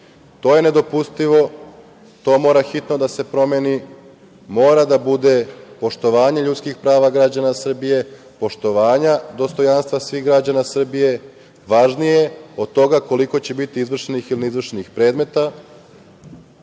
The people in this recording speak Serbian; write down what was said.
To je nedopustivo i mora hitno da se promeni. Mora da bude poštovanje ljudskih prava građana Srbije. Poštovanje dostojanstva svih građana Srbije je važnije od toga koliko će biti izvršenih ili neizvršenih predmeta,